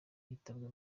itabwa